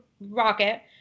rocket